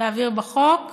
להעביר בחוק,